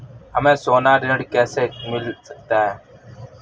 हमें सोना ऋण कैसे मिल सकता है?